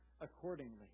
accordingly